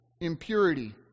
impurity